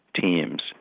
teams